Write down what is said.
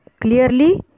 clearly